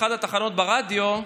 באחת התחנות ברדיו,